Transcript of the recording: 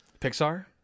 pixar